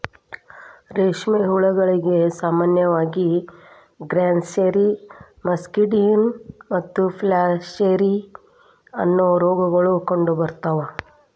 ರೇಷ್ಮೆ ಹುಳಗಳಿಗೆ ಸಾಮಾನ್ಯವಾಗಿ ಗ್ರಾಸ್ಸೆರಿ, ಮಸ್ಕಡಿನ್ ಮತ್ತು ಫ್ಲಾಚೆರಿ, ಅನ್ನೋ ರೋಗಗಳು ಕಂಡುಬರ್ತಾವ